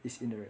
it's in the red